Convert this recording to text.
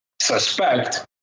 suspect